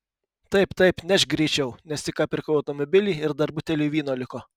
taip taip nešk greičiau nes tik ką pirkau automobilį ir dar buteliui vyno liko